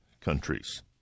countries